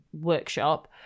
workshop